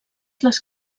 les